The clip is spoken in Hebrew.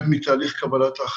יש תחושה של דה-ז'ה-וו.